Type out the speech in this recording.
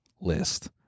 list